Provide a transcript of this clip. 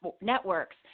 networks